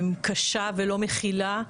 קשה ולא מכילה,